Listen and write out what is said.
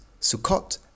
Sukkot